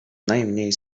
najmniej